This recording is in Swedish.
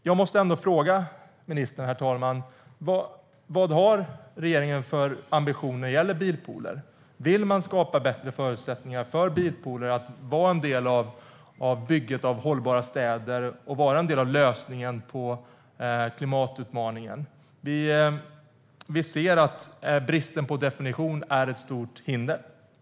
Jag måste ändå fråga ministern: Vad har regeringen för ambitioner när det gäller bilpooler? Vill man skapa bättre förutsättningar för bilpooler att vara en del av bygget av hållbara städer och en del av lösningen på klimatutmaningen? Vi ser att bristen på definition är ett stort hinder.